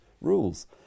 rules